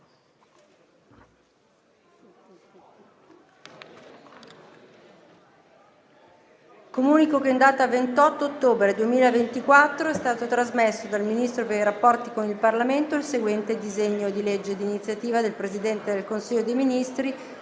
Comunico che in data 28 ottobre 2024 è stato trasmesso dal Ministro per i rapporti con il Parlamento il seguente disegno di legge di iniziativa del Presidente del Consiglio dei ministri,